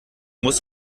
muss